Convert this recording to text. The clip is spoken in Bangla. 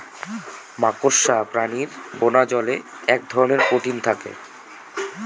মাকড়সা প্রাণীর বোনাজালে এক ধরনের প্রোটিন থাকে